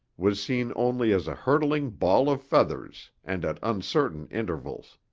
was seen only as a hurtling ball of feathers and at uncertain intervals.